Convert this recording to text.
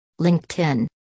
LinkedIn